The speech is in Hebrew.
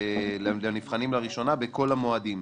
לנבחנים לראשונה בכל המועדים.